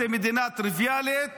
הכנסת טלי גוטליב, את בקריאה שלישית.